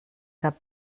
cap